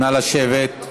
נא לשבת.